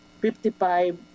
55